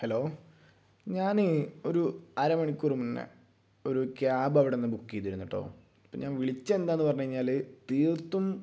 hello ഞാനേ ഒരു അരമണിക്കൂർ മുന്നെ ഒരു ക്യാബ് അവിടെനിന്ന് ബുക്ക് ചെയ്തിരുന്നു കേട്ടോ ഇപ്പം ഞാൻ വിളിച്ചത് എന്തെന്ന് പറഞ്ഞ് കഴിഞ്ഞാൽ തീർത്തും